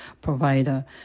provider